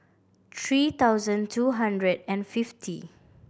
three thousand two hundred and fifty